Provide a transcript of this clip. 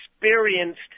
experienced